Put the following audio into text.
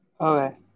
Okay